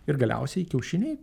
ir galiausiai kiaušiniai